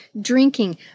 drinking